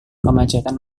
kemacetan